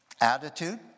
attitude